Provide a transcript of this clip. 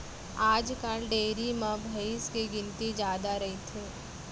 आजकाल डेयरी म भईंस के गिनती जादा रइथे